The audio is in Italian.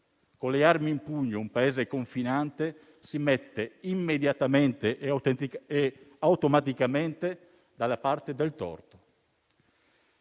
con le armi in pugno un Paese confinante si mette immediatamente e automaticamente dalla parte del torto